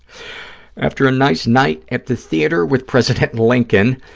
after a nice night at the theater with president lincoln,